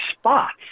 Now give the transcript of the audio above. spots